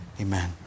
Amen